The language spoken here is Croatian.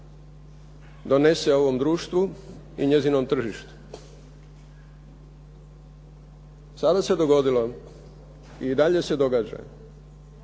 donese ovom društvu i njezinom tržištu. Sada se dogodilo i dalje se događa